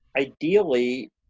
ideally